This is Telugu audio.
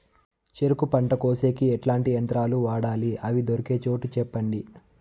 చెరుకు పంట కోసేకి ఎట్లాంటి యంత్రాలు వాడాలి? అవి దొరికే చోటు చెప్పండి?